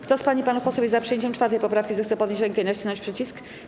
Kto z pań i panów posłów jest za przyjęciem 4. poprawki, zechce podnieść rękę i nacisnąć przycisk.